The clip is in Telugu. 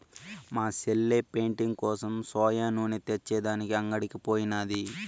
మా సెల్లె పెయింటింగ్ కోసం సోయా నూనె తెచ్చే దానికి అంగడికి పోయినాది